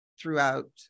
throughout